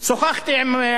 חבר הכנסת אכרם חסון,